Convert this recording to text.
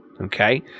Okay